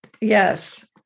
Yes